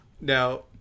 Now